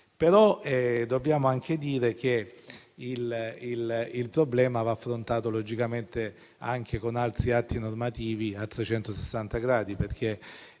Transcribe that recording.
Dobbiamo dire però che il problema va affrontato logicamente anche con altri atti normativi a 360 gradi, perché